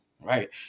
right